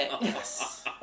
yes